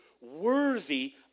worthy